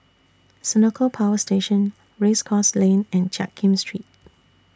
Senoko Power Station Race Course Lane and Jiak Kim Street